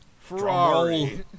Ferrari